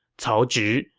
cao zhi,